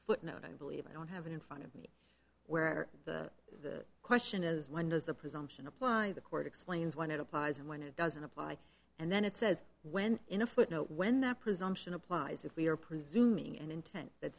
footnote i believe i don't have it in front of me where the question is when does the presumption apply the court explains when it applies and when it doesn't apply and then it says when in a footnote when that presumption applies if we are presuming and intent that